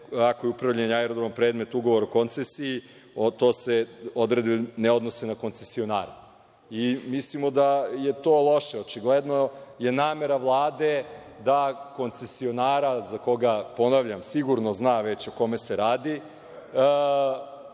ako je upravljanje aerodromima predmet ugovora o koncesiji, to se ne odnosi na koncesionare. Mislimo da je to loše. Očigledno je namera Vlade da koncesionara za koga, ponavljam, sigurno zna već o kome se radi,